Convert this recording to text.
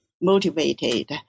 motivated